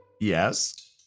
Yes